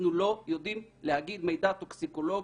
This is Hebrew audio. אנחנו לא יודעים להגיד מידע טוקסיקולוגי.